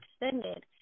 extended